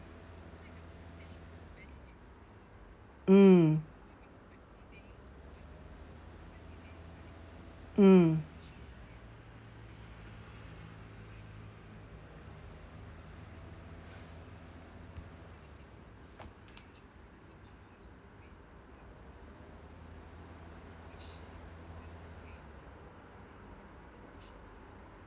mm mm